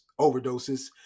overdoses